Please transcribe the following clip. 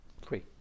Free